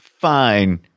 fine